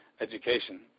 education